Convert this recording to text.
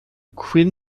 quinn